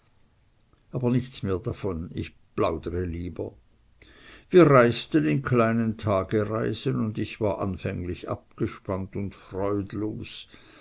aber nichts mehr davon ich plaudre lieber wir reisten in kleinen tagereisen und ich war anfänglich abgespannt und freudlos